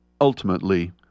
ultimately